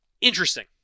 Interesting